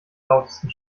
lautesten